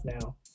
now